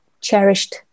cherished